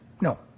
No